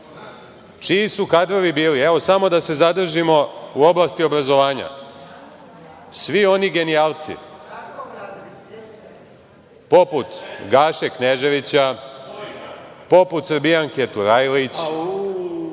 čiji su kadrovi bili, evo, samo da se zadržimo u oblasti obrazovanja, svi oni genijalci poput Gaše Kneževića, poput Srbijanke Turajlić,